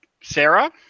Sarah